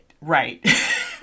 right